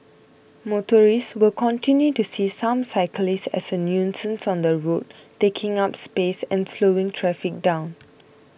motorists will continue to see some cyclists as a nuisance on the road taking up space and slowing traffic down